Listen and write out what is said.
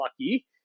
lucky